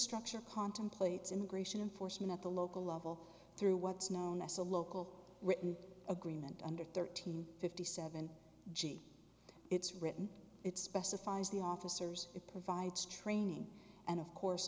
structure contemplates immigration enforcement at the local level through what's known as a local written agreement under thirteen fifty seven g it's written it specifies the officers it provides training and of course